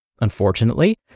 Unfortunately